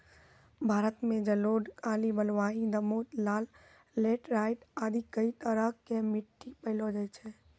भारत मॅ जलोढ़, काली, बलुआही, दोमट, लाल, लैटराइट आदि कई तरह के मिट्टी पैलो जाय छै